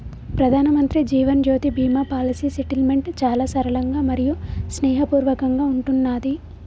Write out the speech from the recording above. ప్రధానమంత్రి Jeevan Jyoti Bima policy settlement చాలా సరళంగా మరియు స్నేహపూర్వకంగా ఉంటున్నాది